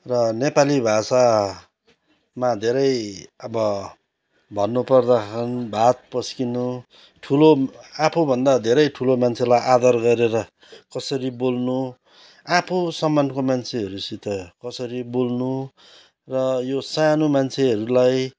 र नेपाली भाषामा धेरै अब भन्नुपर्दाखेरि भात पस्किनु ठुलो आफूभन्दा धेरै ठुलो मान्छेलाई आदर गरेर कसरी बोल्नु आफू समानको मान्छेहरूसित कसरी बोल्नु र यो सानो मान्छेहरूलाई